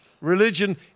Religion